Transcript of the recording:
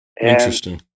Interesting